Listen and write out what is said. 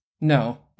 No